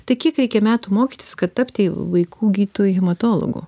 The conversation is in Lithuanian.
tai kiek reikia metų mokytis kad tapti vaikų gydytoju hematologu